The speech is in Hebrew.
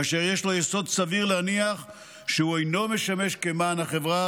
כאשר יש לו יסוד סביר להניח שהוא אינו משמש כמען החברה,